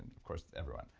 and of course everyone.